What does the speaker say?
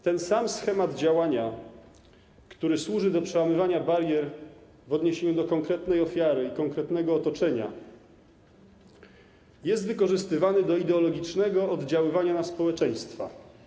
Ten sam schemat działania, który służy do przełamywania barier w odniesieniu do konkretnej ofiary czy konkretnego otoczenia, jest wykorzystywany do ideologicznego oddziaływania na społeczeństwa.